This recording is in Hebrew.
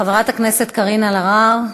חברת הכנסת קארין אלהרר,